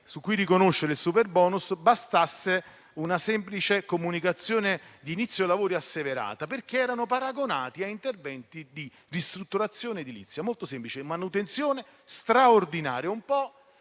su cui riconoscere il superbonus bastasse una semplice comunicazione di inizio lavori asseverata, perché erano paragonati a interventi di ristrutturazione edilizia. È molto semplice: si tratta di manutenzione straordinaria, un po'